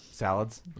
salads